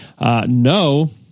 No